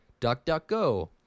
DuckDuckGo